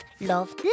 love